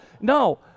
no